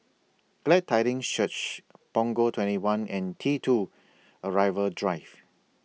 Glad Tidings Church Punggol twenty one and T two Arrival Drive